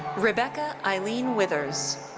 rebeccas eileen withers.